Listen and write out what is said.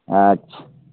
अच्छा